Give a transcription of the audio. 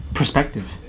perspective